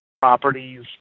properties